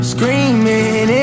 Screaming